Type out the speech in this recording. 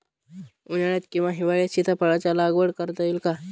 उन्हाळ्यात किंवा हिवाळ्यात सीताफळाच्या लागवड करता येईल का?